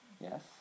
Yes